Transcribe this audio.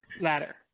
ladder